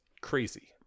crazy